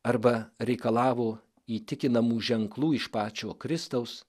arba reikalavo įtikinamų ženklų iš pačio kristaus